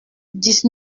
dix